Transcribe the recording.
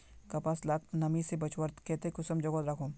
कपास लाक नमी से बचवार केते कुंसम जोगोत राखुम?